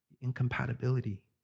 Incompatibility